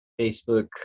Facebook